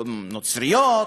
נוצריות,